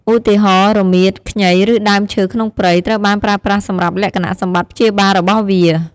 ឧទាហរណ៍៖ រមៀត ខ្ញី ឬដើមឈើក្នុងព្រៃ ត្រូវបានប្រើប្រាស់សម្រាប់លក្ខណៈសម្បត្តិព្យាបាលរបស់វា។